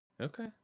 Okay